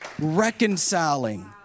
Reconciling